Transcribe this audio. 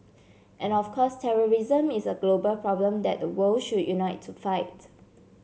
and of course terrorism is a global problem that the world should unite to fight